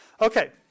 Okay